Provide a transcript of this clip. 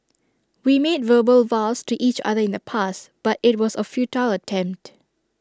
we made verbal vows to each other in the past but IT was A futile attempt